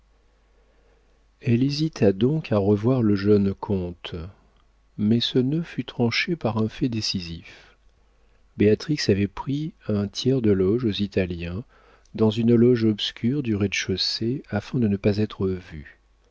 elle hésita donc à revoir le jeune comte mais ce nœud fut tranché par un fait décisif béatrix avait pris un tiers de loge aux italiens dans une loge obscure du rez-de-chaussée afin de ne pas être vue